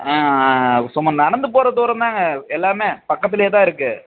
சும்மா நடந்து போகிற தூரம் தாங்க எல்லாமே பக்கத்திலயே தான் இருக்குது